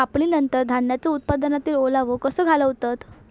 कापणीनंतर धान्यांचो उत्पादनातील ओलावो कसो घालवतत?